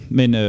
men